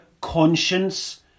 conscience